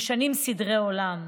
משנות סדרי עולם.